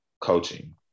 coaching